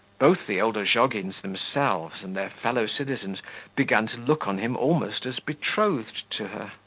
both the old ozhogins themselves and their fellow-citizens began to look on him almost as betrothed to her.